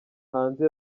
hanze